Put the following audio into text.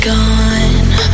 Gone